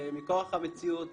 מכוח המציאות